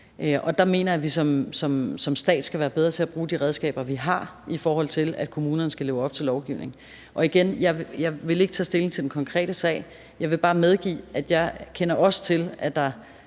Dér mener jeg, at vi som stat skal være bedre til at bruge de redskaber, vi har, i forhold til at kommunerne skal leve op til lovgivningen. Og igen: Jeg vil ikke tage stilling til den konkrete sag. Jeg vil bare medgive, at jeg også kender til, at der